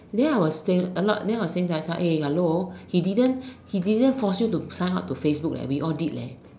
then I was saying a lot then I was saying like hello he didn't he didn't force you to sign up to Facebook we all did